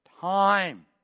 Time